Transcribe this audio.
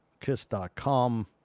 kiss.com